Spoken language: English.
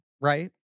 right